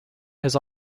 his